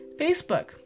Facebook